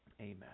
Amen